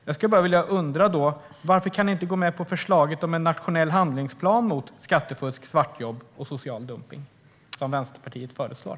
Jag undrar då bara: Varför kan ni inte gå med på förslaget om en nationell handlingsplan mot skattefusk, svartjobb och social dumpning, som Vänsterpartiet föreslår?